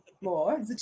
more